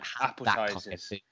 Appetizers